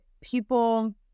people